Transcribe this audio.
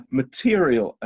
material